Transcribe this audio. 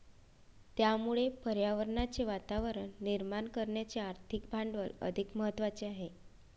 त्यामुळे पर्यावरणाचे वातावरण निर्माण करण्याचे आर्थिक भांडवल अधिक महत्त्वाचे आहे